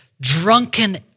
drunken